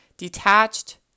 detached